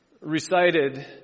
recited